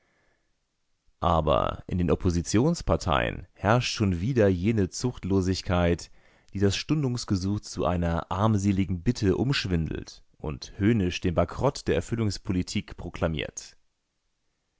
aber in den oppositionsparteien herrscht schon wieder jene zuchtlosigkeit die das stundungsgesuch zu einer armseligen bitte umschwindelt und höhnisch den bankrott der erfüllungspolitik proklamiert